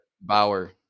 Bauer